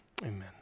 amen